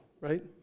right